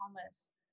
Thomas